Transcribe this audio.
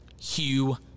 hugh